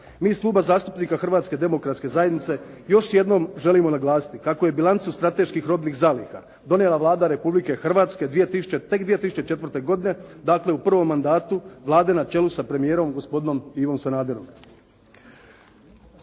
iz Kluba zastupnika Hrvatske demokratske zajednice još jednom želimo naglasiti kako je Bilancu strateških robnih zaliha donijela Vlada Republike Hrvatske tek 2004. godine, dakle u prvom mandatu Vlade na čelu sa premijerom, gospodinom Ivom Sanaderom.